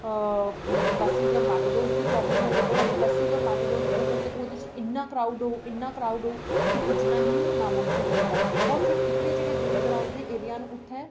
ते बस ते मेटाडोर दी प्रॉब्लम होङन ते अगर बस ते मेटाडोर होंङन ओह्दे च इन्ना क्रॉऊड होग इन्ना क्रॉऊड होग की पुज्जना गै नामुमकिन होई जंदा तां एह्कड़े जेह्ड़े दूर दराज दे एरि्या न इत्थें